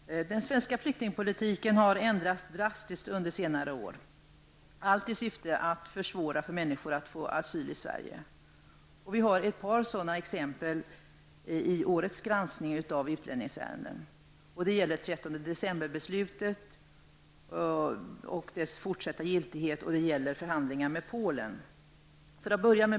Herr talman! Den svenska flyktingpolitiken har ändrats drastiskt under senare år, allt i syfte att försvåra för människor att få asyl i Sverige. Vi har ett par sådana exempel i årets granskning av utlänningsärenden. Det gäller regeringens beslut den 13 december och dess fortsatta giltighet samt förhandlingar med Polen.